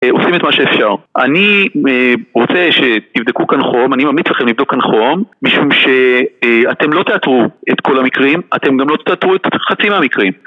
עושים את מה שאפשר. אני רוצה שתבדקו כאן חום, אני ממליץ לכם לבדוק כאן חום משום שאתם לא תאתרו את כל המקרים, אתם גם לא תאתרו את חצי מהמקרים